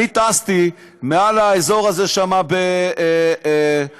אני טסתי מעל האזור הזה שם, "רגבים"?